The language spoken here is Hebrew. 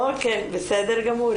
אוקיי, בסדר גמור.